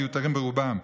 המיותרים ברובם,